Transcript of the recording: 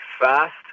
fast